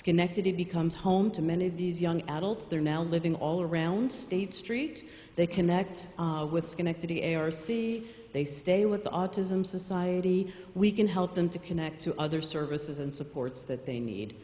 schenectady becomes home to many of these young adults they're now living all around state street they connect with schenectady a r c they stay with the autism society we can help them to connect to other services and supports that they need